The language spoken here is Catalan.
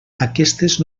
aquestes